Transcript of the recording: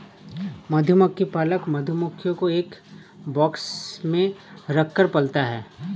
मधुमक्खी पालक मधुमक्खियों को एक बॉक्स में रखकर पालता है